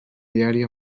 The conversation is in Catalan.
diari